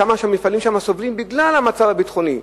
כמה המפעלים שם סובלים בגלל המצב הביטחוני,